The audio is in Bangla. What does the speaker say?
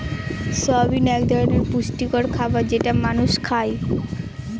সয়াবিন এক ধরনের পুষ্টিকর খাবার যেটা মানুষ খায়